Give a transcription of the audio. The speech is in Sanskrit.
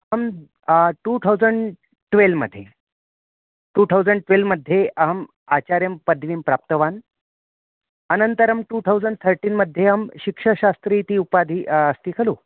अहं टु थौसण्ड् ट्वेल् मध्ये टु थौसण्ड् ट्वेल् मध्ये अहम् आचार्यपदवीं प्राप्तवान् अनन्तरं टु थौसण्ड् थर्टिन् मध्ये अहं शिक्षाशास्त्री इति उपाधिः अस्ति खलु